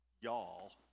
y'all